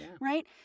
Right